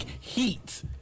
heat